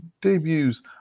debuts